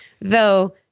Though-